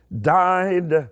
died